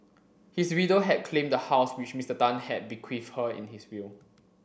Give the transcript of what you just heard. his widow had claimed the house which Mister Tan had bequeathed her in his will